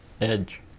edge